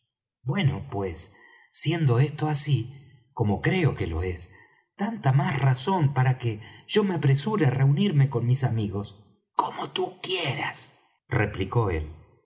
bueno pues siendo esto así como creo que lo es tanta más razón para que yo me apresure á reunirme con mis amigos como tu quieras replicó él